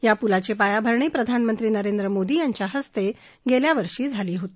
या पुलाची पायाभरणी प्रधानमंत्री नरेंद्र मोदी यांच्या हस्ते गेल्या वर्षी झाली होती